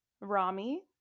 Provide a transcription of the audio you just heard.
Rami